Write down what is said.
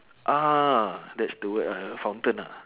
ah that's the word ah fountain ah